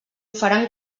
faran